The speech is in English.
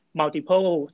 multiple